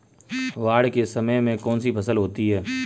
बाढ़ के समय में कौन सी फसल होती है?